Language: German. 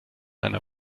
einer